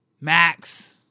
max